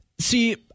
see